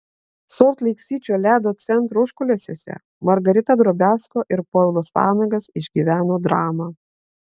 solt leik sičio ledo centro užkulisiuose margarita drobiazko ir povilas vanagas išgyveno dramą